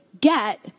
get